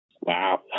Wow